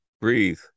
breathe